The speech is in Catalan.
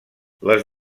les